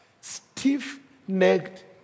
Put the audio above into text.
Stiff-necked